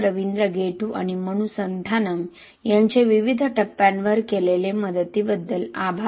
रवींद्र गेटू आणि मनु संथानम यांचे विविध टप्प्यांवर केलेल्या मदतीबद्दल आभार